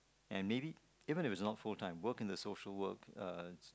and maybe even if it's not full time work in the social work uh